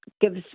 gives